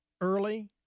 Early